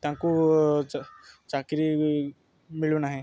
ତାଙ୍କୁ ଚାକିରି ମିଳୁନାହିଁ